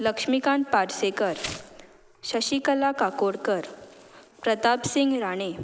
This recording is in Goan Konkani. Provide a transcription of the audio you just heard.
लक्ष्मिकांत पार्सेकर शशिकला काकोडकर प्रताप सिंग राणे